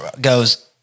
goes